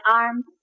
arms